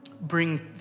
bring